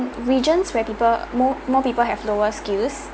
regions where people more more people have lower skills